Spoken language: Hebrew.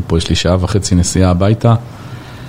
פה יש לי שעה וחצי נסיעה הביתה.